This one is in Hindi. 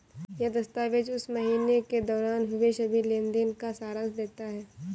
यह दस्तावेज़ उस महीने के दौरान हुए सभी लेन देन का सारांश देता है